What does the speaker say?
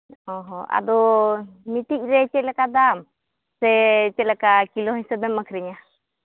ᱚ ᱦᱚᱸ ᱟᱫᱚ ᱢᱤᱫᱴᱤᱡ ᱨᱮ ᱪᱮᱫ ᱞᱮᱠᱟ ᱫᱟᱢ ᱥᱮ ᱪᱮᱫ ᱞᱮᱠᱟ ᱠᱤᱞᱳ ᱦᱤᱥᱟᱹᱵᱮᱢ ᱟᱹᱠᱷᱨᱤᱧᱟ